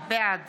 בעד